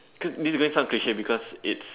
cause this is going sound cliche because it's